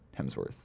Hemsworth